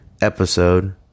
episode